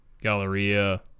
Galleria